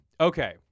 okay